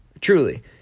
Truly